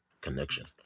connection